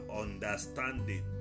understanding